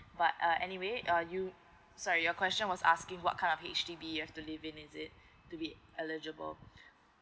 but uh anyway uh you sorry your question was asking what kind of H_D_B you have to leave in is it to be eligible